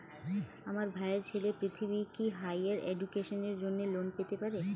আমার ভাইয়ের ছেলে পৃথ্বী, কি হাইয়ার এডুকেশনের জন্য লোন পেতে পারে?